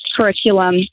curriculum